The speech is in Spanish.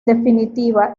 definitiva